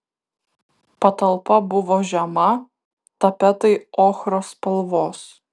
patalpa buvo žema tapetai ochros spalvos